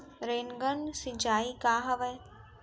Rain gun सिंचाई का हवय?